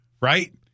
right